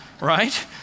right